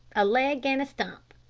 a leg and a stump!